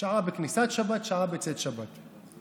שעה בכניסת שבת, שעה בצאת שבת.